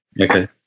okay